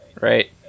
right